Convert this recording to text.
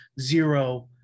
zero